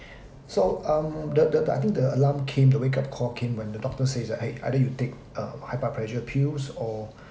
so um the the I think the alarm came the wake up call came when the doctor says that !hey! either you take uh high blood pressure pills or